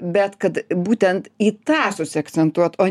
bet kad būtent į tą susiakcentuot o